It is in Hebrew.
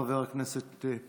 תודה רבה, חבר הכנסת פינדרוס.